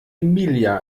emilia